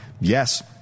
yes